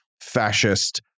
fascist